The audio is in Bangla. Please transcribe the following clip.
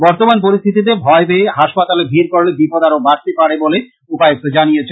বর্তমান পরিস্থিতিতে ভয় পেয়ে হাসপাতালে ভীড় করলে বিপদ আরো বাড়তে পারে বলে উপায়ুক্ত জানিয়েছেন